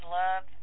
love